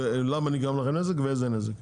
למה נגרם לכם נזק ואיזה נזק.